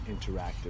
interactive